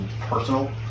personal